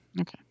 Okay